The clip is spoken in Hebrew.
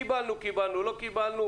קיבלנו קיבלנו, לא קיבלנו